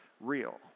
real